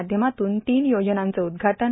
माध्यमातून तीन योजनांचं उदघाटन